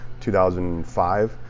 2005